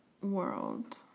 world